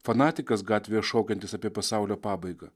fanatikas gatvėje šaukiantis apie pasaulio pabaigą